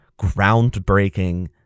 groundbreaking